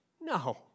No